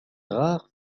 rares